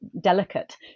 delicate